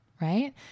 right